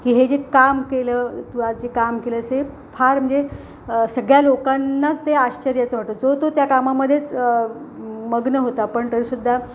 की हे जे काम केलं किंवा जे काम केलं असे फार म्हणजे सगळ्या लोकांनाच ते आश्चर्याचं वाटत होतं जो तो त्या कामामध्येच मग्न होता पण तरीसुद्धा